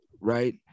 right